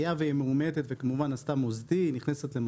היה והיא מאומתת וכמובן עשתה בדיקה מוסדית,